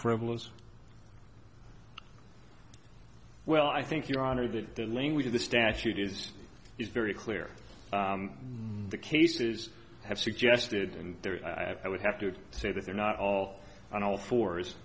frivolous well i think your honor that the language of the statute is is very clear the cases have suggested and i would have to say that they're not all on all fours